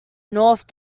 north